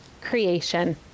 creation